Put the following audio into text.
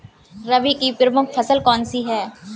रबी की प्रमुख फसल कौन सी है?